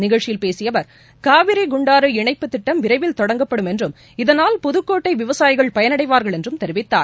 நிகழ்ச்சியில் பேசிய அவர் காவிரி குண்டாறு இணைப்புத் திட்டம் விரைவில் தொடங்கப்படும் என்றும் இதனால் புதுக்கோட்டை விவசாயிகள் பயனடைவார்கள் என்றும் தெரிவித்தார்